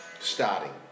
starting